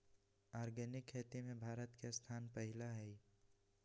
organic खेती में भारत के स्थान पहिला हइ